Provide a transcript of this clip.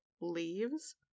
leaves